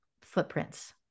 footprints